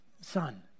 son